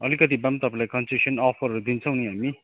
अलिकति भए पनि तपाईँलाई कन्सेसन अफरहरू दिन्छौँ नि हामी